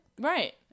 right